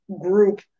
group